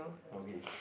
okay